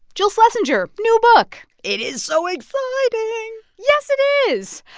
jill schlesinger, new book it is so exciting yes, it is.